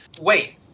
wait